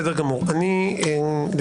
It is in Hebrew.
ולא